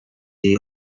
jej